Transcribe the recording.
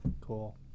Cool